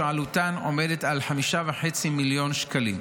שעלותן עומדת על 5.5 מיליון שקלים.